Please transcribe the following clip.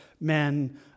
men